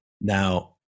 Now